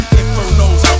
infernos